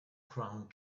crown